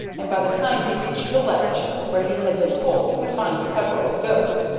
and by the time he reached the ledge, where he had been told he would find peveril's ghost,